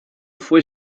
fue